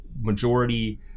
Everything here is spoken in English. majority